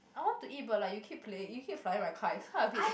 I want to eat but like you keep playing you keep flying my kite so I a bit